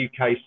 UK